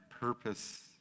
purpose